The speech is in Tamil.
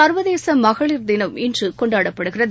சர்வதேச மகளிர் தினம் இன்று கொண்டாடப்படுகிறது